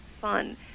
fun